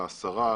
לשרה,